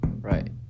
right